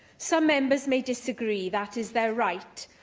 some members may disagree. that is their right,